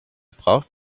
braucht